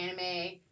anime